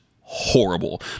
horrible